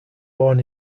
born